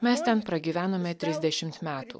mes ten pragyvenome trisdešimt metų